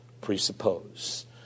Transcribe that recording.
presuppose